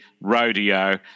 rodeo